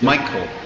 Michael